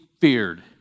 feared